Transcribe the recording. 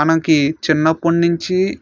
మనకి చిన్నప్పుడు నుంచి